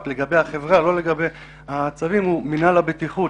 לגבי החברה ולא לגבי הצווים הוא מינהל הבטיחות,